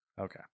Okay